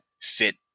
fit